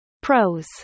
Pros